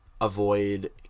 avoid